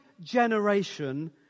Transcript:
generation